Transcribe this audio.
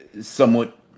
somewhat